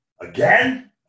again